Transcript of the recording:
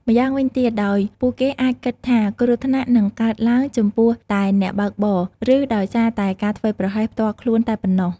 ម្យ៉ាងវិញទៀត ដោយពួកគេអាចគិតថាគ្រោះថ្នាក់នឹងកើតឡើងចំពោះតែអ្នកបើកបរ ឬដោយសារតែការធ្វេសប្រហែសផ្ទាល់ខ្លួនតែប៉ុណ្ណោះ។